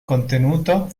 contenuto